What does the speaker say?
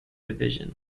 division